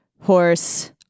horse